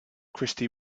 christy